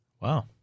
Wow